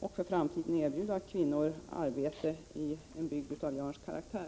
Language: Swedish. och i framtiden kan erbjuda kvinnor arbete i en bygd av Jörns karaktär.